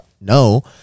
no